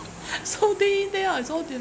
so day day out is all deli~